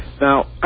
Now